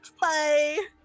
Bye